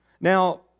Now